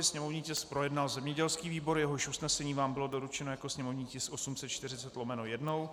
Sněmovní tisk projednal zemědělský výbor, jehož usnesení vám bylo doručeno jako sněmovní tisk 840/1.